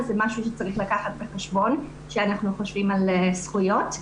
זה משהו שצריך לקחת בחשבון כשאנחנו חושבים על זכויות.